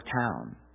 town